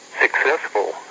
successful